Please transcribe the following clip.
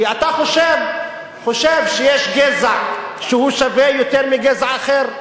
כי אתה חושב שיש גזע שהוא שווה יותר מגזע אחר,